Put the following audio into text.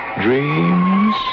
Dreams